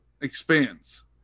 expands